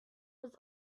was